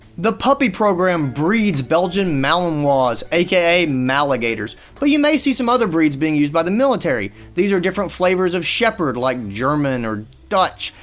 the puppy program breeds belgian malinois, aka mali-gators but you may see some other breeds being used by the military. these are different flavors of shepherd, like german or dutch,